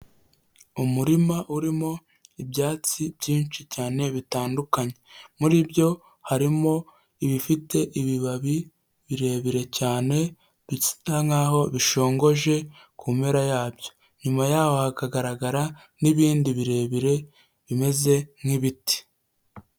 Umurima urimo ibyatsi byinshi cyane bitandukanye muri byo harimo ibifite ibibabi birebire cyane bisa nkaho bishongoje kumpera yabyo nyuma yaho hakagaragara n'ibindi birebire bimeze nk'ibiti.